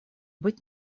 быть